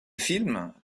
film